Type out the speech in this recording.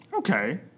Okay